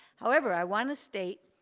however, i want to state,